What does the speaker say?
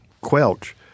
Quelch